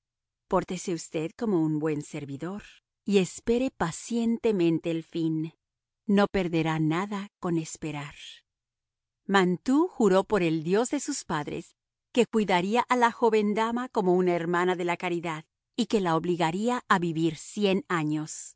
pórtese usted como un buen servidor y espere pacientemente el fin no perderá nada con esperar mantoux juró por el dios de sus padres que cuidaría a la joven dama como una hermana de la caridad y que la obligaría a vivir cien años